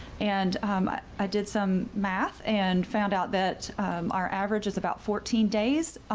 and i did some math and found out that our average is about fourteen days,